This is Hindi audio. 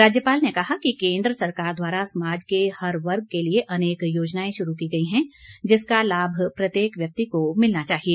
राज्यपाल ने कहा कि केन्द्र सरकार द्वारा समाज के हर वर्ग के लिए अनेक योजनाएं शुरू की गई हैं जिसका लाभ प्रत्येक व्यक्ति को मिलना चाहिए